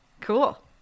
cool